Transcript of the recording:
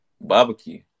Barbecue